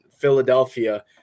philadelphia